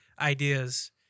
ideas